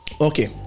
Okay